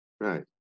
Right